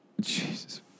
Jesus